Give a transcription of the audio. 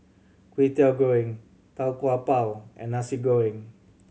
Kway Teow Goreng Tau Kwa Pau and Nasi Goreng